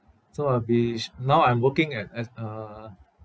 so I'll be now I'm working at as uh